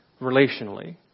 relationally